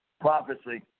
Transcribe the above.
prophecy